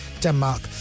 Denmark